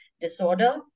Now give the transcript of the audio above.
disorder